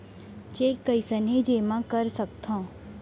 Cheque कईसने जेमा कर सकथो?